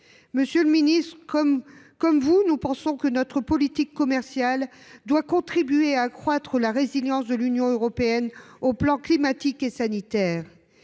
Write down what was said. Monsieur le ministre, comme vous, nous pensons que notre politique commerciale doit contribuer à accroître la résilience de l’Union européenne dans les domaines climatique et sanitaire,